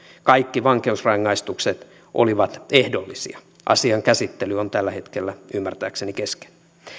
kaikki vankeusrangaistukset olivat ehdollisia asian käsittely on tällä hetkellä ymmärtääkseni kesken